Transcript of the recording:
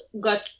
got